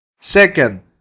Second